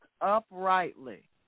uprightly